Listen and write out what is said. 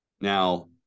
now